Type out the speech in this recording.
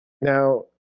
now